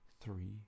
three